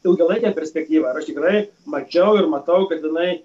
ilgalaikę perspektyvą ar aš tikrai mačiau ir matau kad jinai